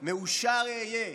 מאושר אהיה,